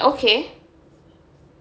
okay